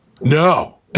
No